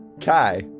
Kai